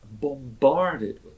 bombarded